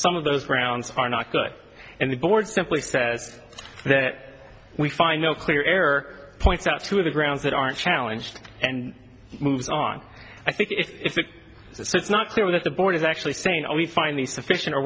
some of those grounds are not good and the board simply says that we find no clear air points out to the grounds that aren't challenged and moves on i think it's so it's not clear that the board is actually saying we finally sufficient or